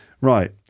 Right